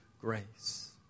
grace